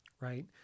right